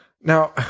Now